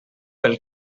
pel